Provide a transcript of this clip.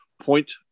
point